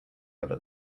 over